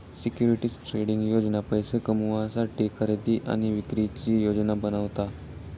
securities trading योजना पैशे कमवुसाठी खरेदी आणि विक्रीची योजना बनवता